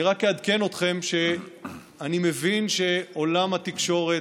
אני רק אעדכן אתכם: אני מבין שעולם התקשורת,